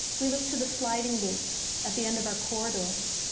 we looked to the sliding gates at the end of our corridors.